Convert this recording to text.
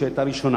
שהיתה ראשונה.